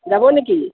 যাব নেকি